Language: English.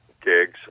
gigs